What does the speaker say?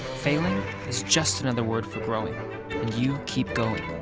failing is just another word for growing and you keep going.